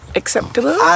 acceptable